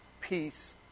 peace